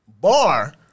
bar